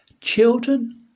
children